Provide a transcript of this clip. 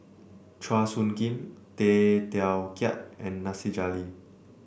Chua Soo Khim Tay Teow Kiat and Nasir Jalil